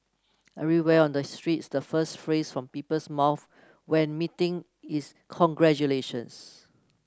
everywhere on the streets the first phrase from people's mouths when meeting is congratulations